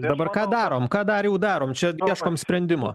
dabar ką darom ką dariau darom čia ieškom sprendimo